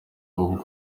ubwe